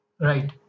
right